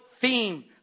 theme